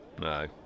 No